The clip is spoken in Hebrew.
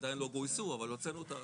עדיין לא גויסו אבל הוצאנו אותם,